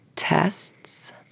Tests